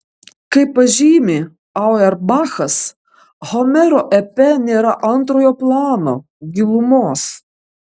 kaip pažymi auerbachas homero epe nėra antrojo plano gilumos